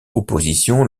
opposition